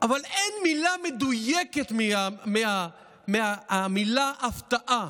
אבל אין מילה מדויקת מהמילה הפתעה,